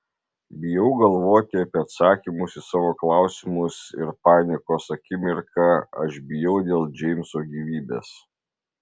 bijau galvoti apie atsakymus į savo klausimus ir panikos akimirką aš bijau dėl džeimso gyvybės